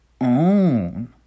own